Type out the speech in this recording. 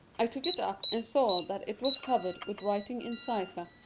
i took it up, and saw that it was covered with writing in cypher.